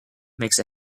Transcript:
makes